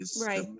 Right